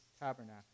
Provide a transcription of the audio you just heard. tabernacle